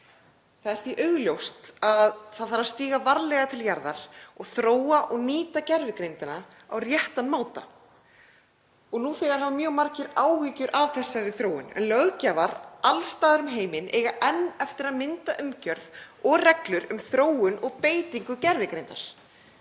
Það er því augljóst að það þarf að stíga varlega til jarðar og þróa og nýta gervigreindina á réttan máta. Nú þegar hafa mjög margir áhyggjur af þessari þróun. Löggjafar alls staðar um heiminn eiga enn eftir að mynda umgjörð og reglur um þróun og beitingu gervigreindar.